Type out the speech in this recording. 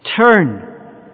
Turn